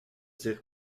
dire